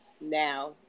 Now